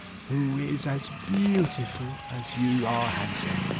who is as beautiful as you are handsome,